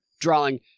drawing